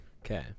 okay